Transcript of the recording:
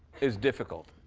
is difficult.